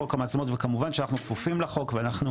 חוק המצלמות וכמובן שאנחנו כפופים לחוק ואנחנו